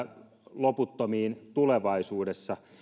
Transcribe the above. loputtomiin tulevaisuudessa